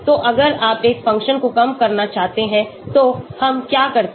तो अगर आप एक फ़ंक्शन को कम करना चाहते हैं तो हम क्या करते हैं